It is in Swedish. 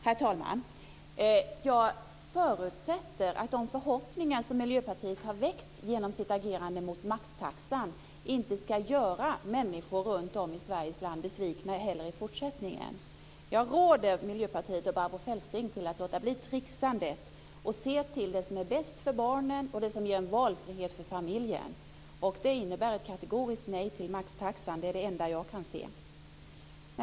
Herr talman! Jag förutsätter att de förhoppningar som Miljöpartiet har ingett genom sitt agerande mot maxtaxan inte ska göra människor runt om i Sveriges land besvikna i fortsättningen. Jag råder Miljöpartiet och Barbro Feltzing att låta bli tricksandet och se till det som är bäst för barnen och det som ger en valfrihet för familjen. Detta innebär ett kategoriskt nej till maxtaxan - det är det enda jag kan se.